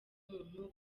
umuntu